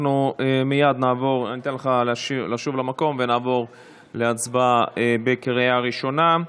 אני אתן לך לשוב למקום ונעבור להצבעה בקריאה ראשונה.